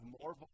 more